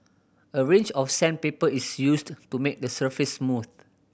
a range of sandpaper is used to make the surface smooth